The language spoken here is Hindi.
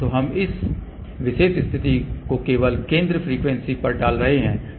तो हम इस विशेष स्थिति को केवल केंद्र फ्रीक्वेंसी पर डाल रहे हैं ठीक है